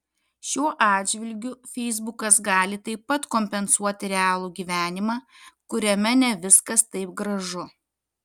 šiuo atžvilgiu feisbukas gali taip pat kompensuoti realų gyvenimą kuriame ne viskas taip gražu